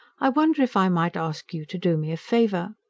i wonder if i might ask you to do me a favour?